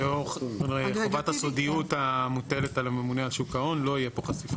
לאור חובת הסודיות המוטלת על הממונה על שוק ההון לא תהיה פה חשיפה.